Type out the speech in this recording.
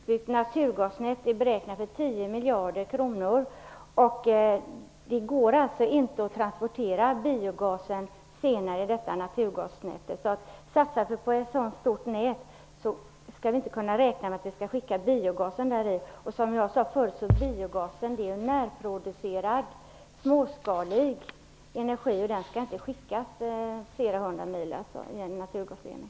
Fru talman! Ett utbyggt naturgasnät beräknas kosta 10 miljarder kronor. Det går alltså inte att senare transportera biogasen i detta naturgasnät. Satsar vi på ett så stort nät kan vi inte räkna med att skicka biogasen i det. Biogasen är närproducerad småskalig energi. Den skall inte skickas flera hundra mil i en naturgasledning.